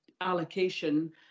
allocation